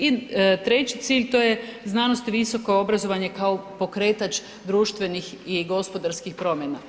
I 3. cilj, to je znanost i visoko obrazovanje kao pokretač društvenih i gospodarskih promjena.